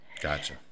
Gotcha